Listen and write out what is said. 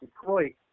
Detroit